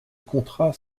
contrats